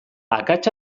akats